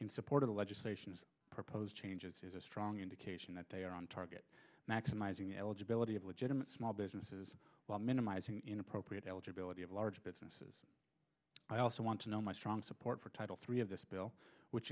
in support of the legislation proposed changes is a strong indication that they are on target maximizing eligibility of legitimate small businesses while minimizing inappropriate eligibility of large businesses i also want to know my strong support for title three of this bill which